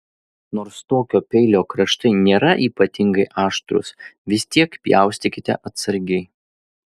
nors tokio peilio kraštai nėra ypatingai aštrūs vis tiek pjaustykite atsargiai